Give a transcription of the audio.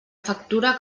factura